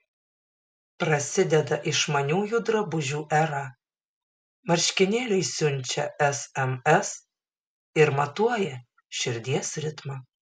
prasideda išmaniųjų drabužių era marškinėliai siunčia sms ir matuoja širdies ritmą